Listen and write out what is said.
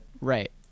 right